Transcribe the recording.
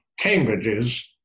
Cambridges